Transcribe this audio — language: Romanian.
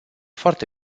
foarte